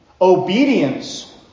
Obedience